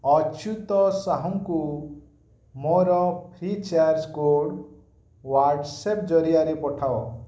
ଅଚ୍ୟୁତ ସାହୁଙ୍କୁ ମୋର free charge code WhatsApp ଜରିଆରେ ପଠାଅ